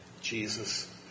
Jesus